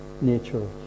nature